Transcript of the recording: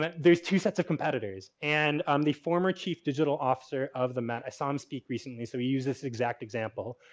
but there's two sets of competitors. and um the former chief digital officer of the met, i saw him speak recently so we use this exact example.